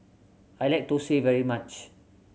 I like Thosai very much